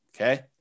okay